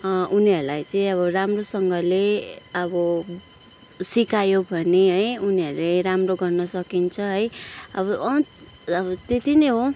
उनीहरूलाई चाहिँ अब राम्रोसँगले अब सिकायो भने है उनीहरूले राम्रो गर्न सकिन्छ है अब अँ त्यति नै हो